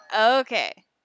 Okay